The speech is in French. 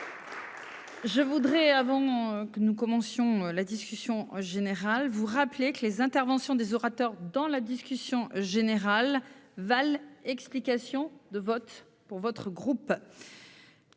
Je voudrais avant que nous commencions la discussion générale vous rappeler que les interventions des orateurs dans la discussion générale Val. Explications de vote pour votre groupe.--